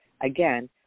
Again